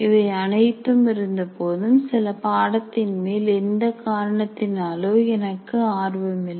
இவை அனைத்தும் இருந்தபோதும் சில பாடத்தின் மேல் எந்த காரணத்தினாலோ எனக்கு ஆர்வம் இல்லை